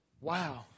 wow